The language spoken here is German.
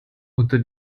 unter